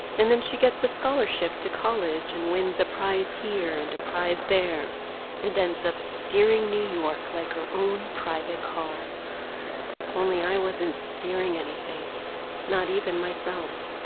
and then she gets a scholarship to college and wins a prize here and a prize there and ends up steering new york like her own private car only i wasn't steering anything not even myself.